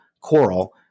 coral